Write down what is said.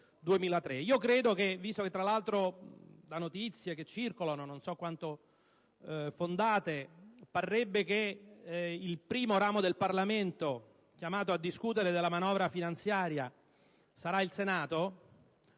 e nel 2003. Visto che, tra l'altro, da notizie che circolano non so quanto fondate, parrebbe che il primo ramo del Parlamento chiamato a discutere della manovra finanziaria sarà il Senato,